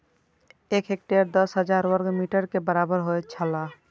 एक हेक्टेयर दस हजार वर्ग मीटर के बराबर होयत छला